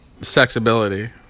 sexability